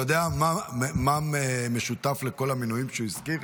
אתה יודע מה משותף לכל המינויים שהוא הזכיר?